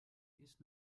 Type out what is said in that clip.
ist